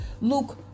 Luke